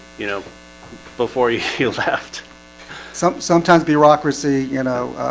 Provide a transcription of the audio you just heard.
you know before you heels heft some sometimes bureaucracy, you know,